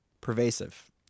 pervasive